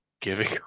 giving